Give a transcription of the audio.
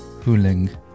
Huling